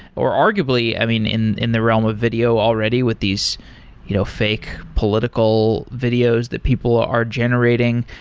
or arguably i mean, in in the realm of video already with these you know fake political videos that people are generating,